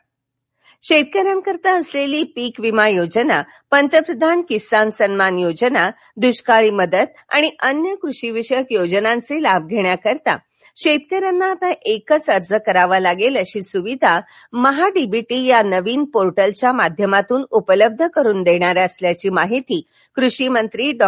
महाडीवी शेतकऱ्यांकरता असलेली पीक विमा योजना पंतप्रधान किसान सन्मान योजना दृष्काळी मदत आणि अन्य कृषीविषयक योजनांचे लाभ घेण्याकरता शेतकऱ्यांना आता एकच अर्ज करावा लागेल अशी सुविधा महाडीबीटी या नवीन पोर्टलच्या माध्यमातून उपलब्ध करून देण्यात आली असल्याची माहिती कृषी मंत्री डॉ